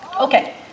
Okay